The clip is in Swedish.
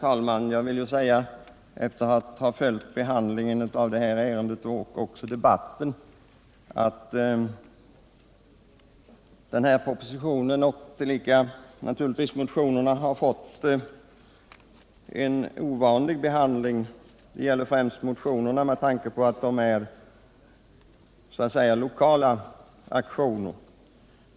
Herr talman! Efter att ha följt det här ärendets gång och debatten i kammaren måste jag säga att propositionen och tillika motionerna har fått en ovanlig behandling; det gäller främst motionerna med tanke på att de är så att säga lokala aktioner.